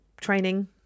training